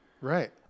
Right